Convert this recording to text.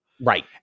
Right